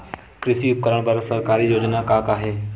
कृषि उपकरण बर सरकारी योजना का का हे?